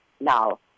now